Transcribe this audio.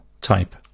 type